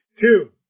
Two